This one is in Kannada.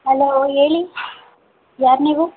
ಹಲೋ ಹೇಳಿ ಯಾರು ನೀವು